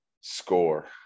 score